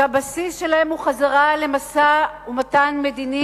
שהבסיס שלהם הוא חזרה למשא-ומתן מדיני